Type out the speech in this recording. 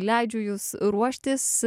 leidžiu jus ruoštis